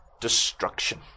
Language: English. destruction